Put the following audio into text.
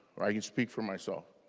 i mean speak for myself.